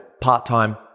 part-time